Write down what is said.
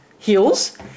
Heels